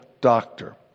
doctor